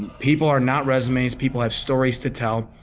and people are not resumes. people have stories to tell.